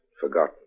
forgotten